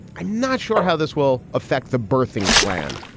i'm not sure how this will affect the birthing plan.